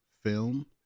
film